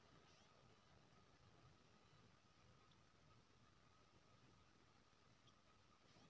कृषि बेपार खेतीसँ संबंधित शब्द छै जाहिमे किसान, बेपारी, बितरक आ बजार जुरल रहय छै